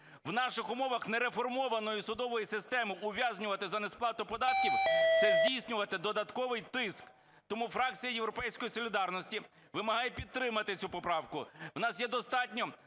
В наших умовах нереформованої судової системи ув'язнювати за несплату податків – це здійснювати додатковий тиск. Тому фракція "Європейської солідарності" вимагає підтримати цю поправку. У нас є достатньо